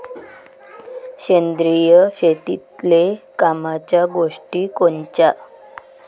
सेंद्रिय शेतीतले कामाच्या गोष्टी कोनच्या?